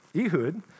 Ehud